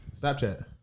Snapchat